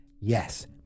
yes